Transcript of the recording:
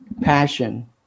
passion